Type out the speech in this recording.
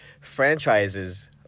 franchises